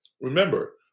remember